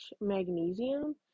magnesium